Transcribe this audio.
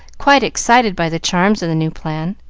quite excited by the charms of the new plan.